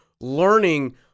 learning